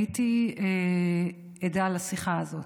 הייתי עדה לשיחה הזאת,